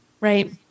Right